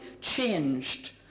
changed